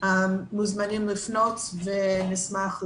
מוזמנים לפנות ונשמח להעביר.